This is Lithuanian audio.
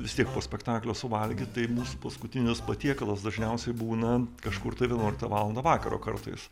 vis tiek po spektaklio suvalgyt tai ir mūsų paskutinis patiekalas dažniausiai būna kažkur vienuoliktą valandą vakaro kartais